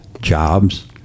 jobs